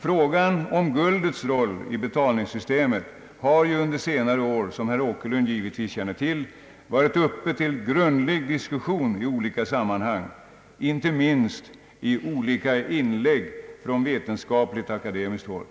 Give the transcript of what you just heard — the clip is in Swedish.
Frågan om guldets roll i betalningssystemet har ju under senare år — som herr Åkerlund givetvis känner till — varit uppe till grundlig diskussion i olika sammanhang, inte minst i inlägg från vetenskapligt akademiskt håll.